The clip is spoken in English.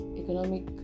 economic